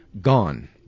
Gone